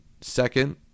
second